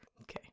Okay